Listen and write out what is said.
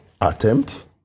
attempt